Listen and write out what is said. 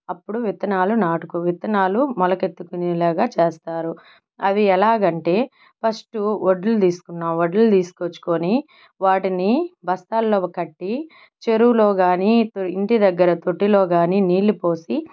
అప్పుడు విత్తనాలు నాటుకో విత్తనాలు మొలకెత్తుకునే లాగా చేస్తారు అవి ఎలాగంటే ఫస్టు వడ్లు తీసుకున్నా వడ్లు తీసుకోచ్చుకొని వాటిని బస్తాల్లో అవ్ కట్టి చెరువులో కానీ ఇంటి దగ్గర తొట్టిలో కానీ నీళ్ళు పోసి